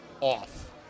off